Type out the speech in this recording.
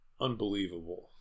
unbelievable